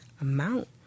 amount